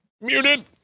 Muted